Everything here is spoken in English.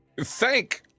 thank